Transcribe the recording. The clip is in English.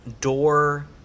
door